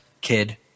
Kid